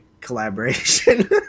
collaboration